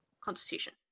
Constitution